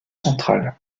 central